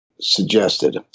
suggested